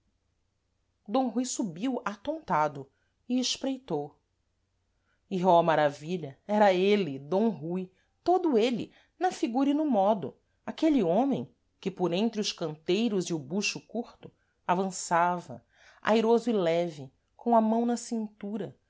d rui subiu atontado e espreitou e oh maravilha era êle d rui todo êle na figura e no modo aquele homem que por entre os canteiros e o buxo curto avançava airoso e leve com a mão na cintura